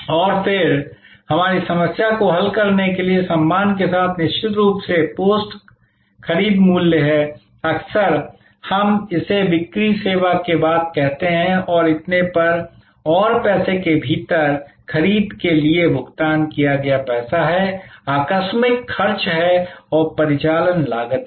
और फिर हमारी समस्या को हल करने के लिए सम्मान के साथ निश्चित रूप से पोस्ट खरीद मूल्य हैं अक्सर हम इसे बिक्री सेवा के बाद कहते हैं और इतने पर और पैसे के भीतर खरीद के लिए भुगतान किया गया पैसा है आकस्मिक खर्च हैं और परिचालन लागत हैं